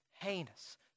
heinous